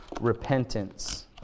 repentance